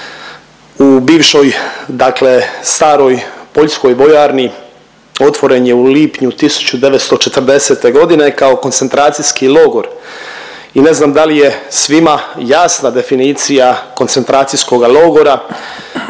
u bivšoj dakle staroj poljskoj vojarni otvoren je u lipnju 1940. godine kao koncentracijski logor i ne znam da li je svima jasna definicija koncentracijskoga logora